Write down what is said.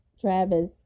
Travis